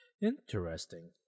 Interesting